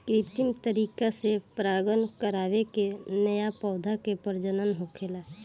कृत्रिम तरीका से परागण करवा के न्या पौधा के प्रजनन होखता